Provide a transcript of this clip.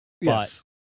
Yes